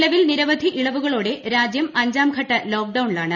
നിലവിൽ നിരവധി ഇളവുകളോടെ രാജ്യം അഞ്ചാംഘട്ട ലോക്ഡൌണിലാണ്